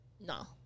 no